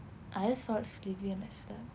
I just felt sleepy and I slept